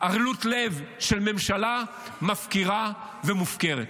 ערלות לב של ממשלה מפקירה ומופקרת.